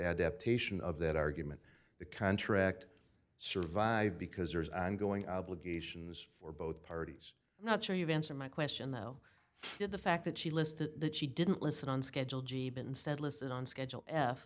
adaptation of that argument the contract survive because there's an ongoing obligations for both parties i'm not sure you've answered my question though did the fact that she list the she didn't listen on schedule jeep instead listed on schedule f